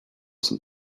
some